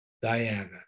Diana